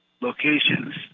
locations